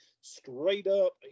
straight-up